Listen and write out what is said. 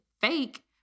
fake